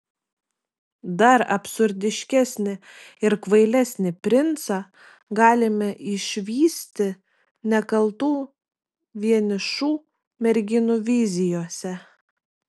dar absurdiškesnį ir kvailesnį princą galime išvysti nekaltų vienišų merginų vizijose